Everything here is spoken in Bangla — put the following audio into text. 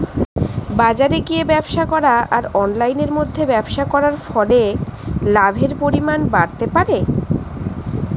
বাজারে গিয়ে ব্যবসা করা আর অনলাইনের মধ্যে ব্যবসা করার ফলে লাভের পরিমাণ বাড়তে পারে?